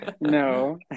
No